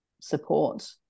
support